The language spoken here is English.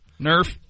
Nerf